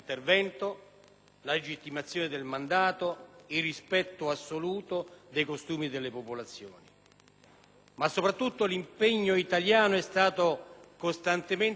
Ma, soprattutto, l'impegno italiano è stato costantemente caratterizzato da una specificità: la capacità di collegare l'attività militare